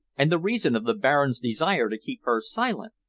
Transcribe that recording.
and the reason of the baron's desire to keep her silent?